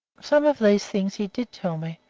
some of these things he did tell me,